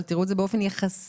אבל תראו את זה באופן יחסי